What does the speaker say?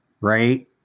right